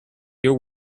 your